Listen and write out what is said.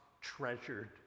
treasured